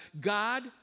God